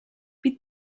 bydd